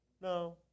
No